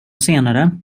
senare